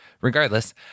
Regardless